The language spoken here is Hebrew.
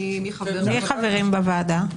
מי חברים בוועדה?